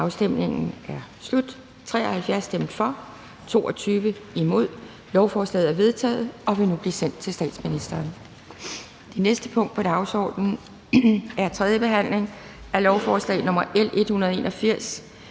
hverken for eller imod stemte 0. Lovforslaget er vedtaget og vil nu blive sendt til statsministeren. --- Det næste punkt på dagsordenen er: 29) 3. behandling af lovforslag nr. L